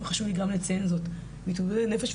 וחשוב לי גם לציין זאת - מתמודדי הנפש,